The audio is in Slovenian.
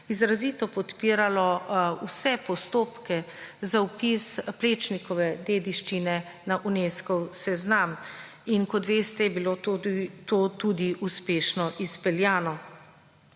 izrazito podpiralo vse postopke za vpis Plečnikove dediščine na UNESCOV seznam in kot veste, je bilo to tudi uspešno izpeljano.